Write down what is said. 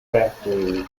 factory